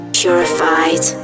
purified